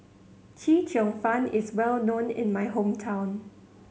Chee Cheong Fun is well known in my hometown